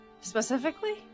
specifically